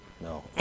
No